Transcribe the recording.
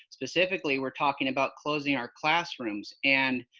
specifically, we're talking about closing our classrooms and